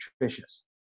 nutritious